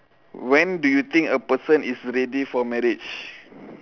when do you think a person is ready for marriage